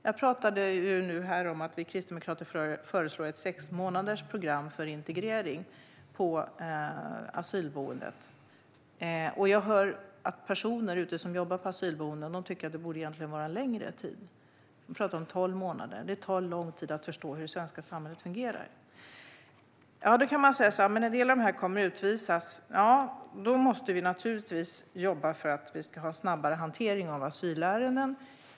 Jag nämnde här att vi kristdemokrater föreslår ett sexmånadersprogram för integrering på asylboendet. Jag hör att personer som jobbar på asylboenden egentligen tycker att det borde pågå längre. De talar om tolv månader, för det tar lång tid att förstå hur det svenska samhället fungerar. Då kan man säga: En del av dessa kommer ju att utvisas. Då måste vi förstås jobba för snabbare hantering av asylärenden.